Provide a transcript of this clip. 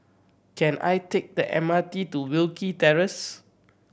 can I take the M R T to Wilkie Terrace